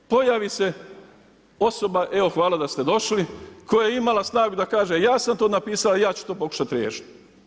Pojavi se osoba, evo hvala da ste došli, koja je imala snagu da kaže ja sam to napisala ja ću to pokušat riješit.